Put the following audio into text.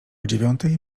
dziewiątej